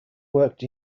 worked